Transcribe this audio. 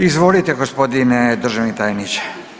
Izvolite gospodine državni tajniče.